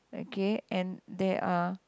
okay and there are